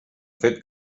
fet